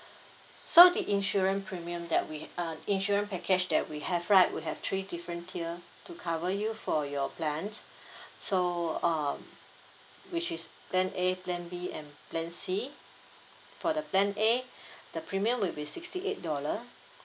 so the insurance premium that we uh insurance package that we have right we have three different tier to cover you for your plan so uh which is plan A plan B and plan C for the plan A the premium will be sixty eight dollar